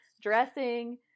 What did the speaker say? Dressing